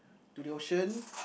to the ocean